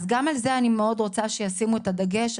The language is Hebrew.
גם על זה אני מאוד רוצה שישימו את הדגש.